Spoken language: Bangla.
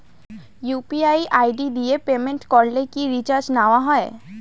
ইউ.পি.আই আই.ডি দিয়ে পেমেন্ট করলে কি চার্জ নেয়া হয়?